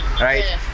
right